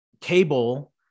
cable